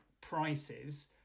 prices